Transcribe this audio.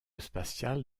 spatial